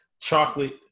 chocolate